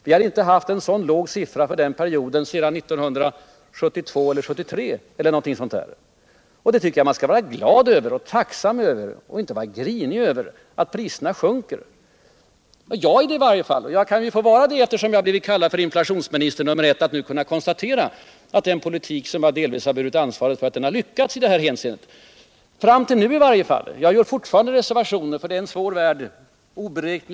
Vi har inte haft en så låg siffra sedan 1972 eller 1973. — Jag tycker att man skall vara glad och tacksam över och inte grinig över att priserna sjunker. Jag är i varje fall glad och tacksam, och jag kan ju få vara det - jag har blivit kallad för inflationsministern nr I - när jag nu kan konstatera att den politik som jag delvis har burit ansvaret för har lyckats i det här hänseendet — fram till nu åtminstone; jag gör fortfarande reservationer, för det är en oberäknelig värld vi lever i.